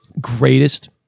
greatest